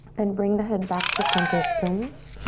then bring the head back to center stillness.